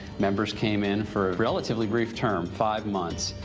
members came in for a relatively brief term. five months.